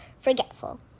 forgetful